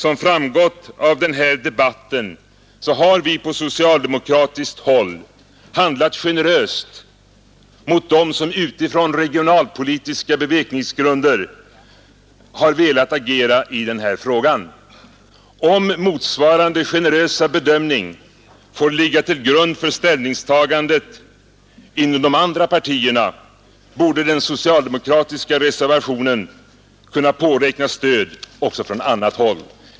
Som framgått av den här debatten har vi på socialdemokratiskt håll handlat generöst mot dem som utifrån regionalpolitiska bevekelsegrunder har velat agera i den här frågan. Om motsvarande generösa bedömning får ligga till grund för ställningstagandet inom de andra partierna borde den socialdemokratiska reservationen kunna påräkna stöd också från annat håll.